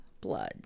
blood